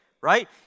right